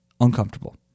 uncomfortable